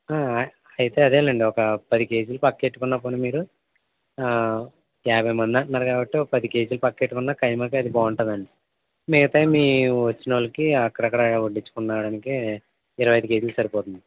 అయితే అదే లేండి ఒకా పది కేజీలు పక్కెట్టుకున్నా పోనీ మీరు యాభై మంది అంటన్నారు కాబట్టి ఒక పది కేజీలు పక్కెట్టుకున్నా ఖైమాకి అది బాగుంటదండి మిగతాది మీ వచ్చినోళ్ళకి అక్కడక్కడా ఏసుకోండికుని రావడానికి ఇరవై ఐదు కేజీలు సరిపోతుంది